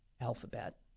alphabet